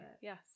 Yes